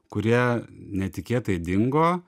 kurie netikėtai dingo